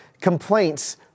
complaints